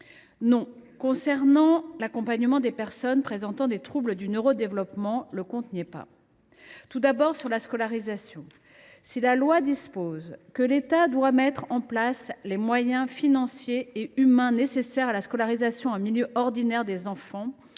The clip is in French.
non, concernant l’accompagnement des personnes présentant des troubles du neurodéveloppement, « le compte n’y est pas ». En matière de scolarisation d’abord, si la loi dispose que l’État doit mettre en place les moyens financiers et humains nécessaires à la scolarisation en milieu ordinaire des enfants,